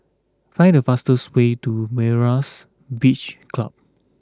find the fastest way to Myra's Beach Club